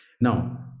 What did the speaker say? Now